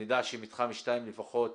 נדע שמתחם 2 לפחות,